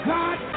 God